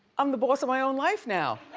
i'm the boss of my own life now.